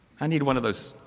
i need one of those